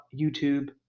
YouTube